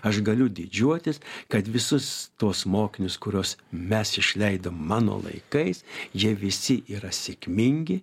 aš galiu didžiuotis kad visus tuos mokinius kuriuos mes išleidom mano laikais jie visi yra sėkmingi